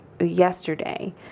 yesterday